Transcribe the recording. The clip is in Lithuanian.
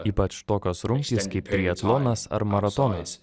ypač tokios rungtys kaip triatlonas ar maratonas